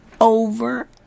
over